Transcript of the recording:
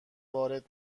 وارد